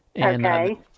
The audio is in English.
Okay